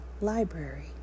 Library